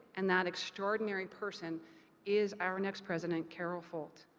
and that extraordinary person is our next president carol folt.